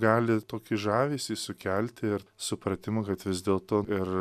gali tokį žavesį sukelti ir supratimą kad vis dėlto ir